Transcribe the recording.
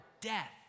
death